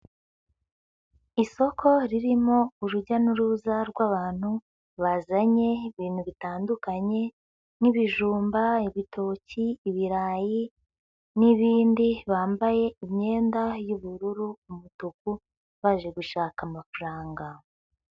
Isoko ririmo urujya n'uruza rw'abantu, bazanye ibintu bitandukanye nk'ibijumba, ibitoki, ibirayi n'ibindi, bambaye imyenda y'ubururu, umutuku, baje gushaka amafaranga.